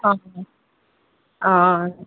हँ आओर